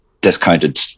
discounted